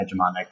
hegemonic